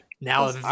Now